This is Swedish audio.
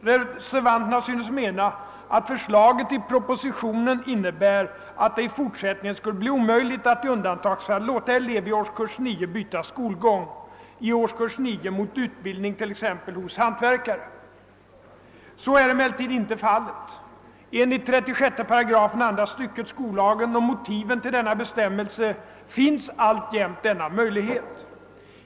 Reservanterna synes mena att förslaget i propositionen innebär att det i fortsättningen skulle bli omöjligt att i undantagsfall låta elev i årskurs 9 byta skolgång i årskurs 9 mot utbildning t.ex. hos hantverkare. Så är emellertid inte fallet. Enligt 36 § andra stycket skollagen och motiven till denna bestämmelse finns alltjämt denna möjlighet.